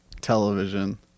Television